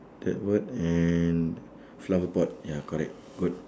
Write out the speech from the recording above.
that word and flower pot ya correct good